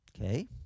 Okay